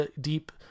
deep